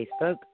Facebook